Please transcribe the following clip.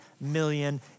million